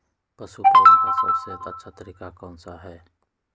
पशु पालन का सबसे अच्छा तरीका कौन सा हैँ?